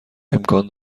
امکان